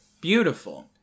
Beautiful